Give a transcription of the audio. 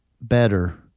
better